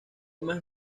más